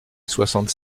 soixante